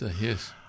Yes